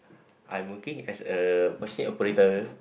I'm working as a machine operator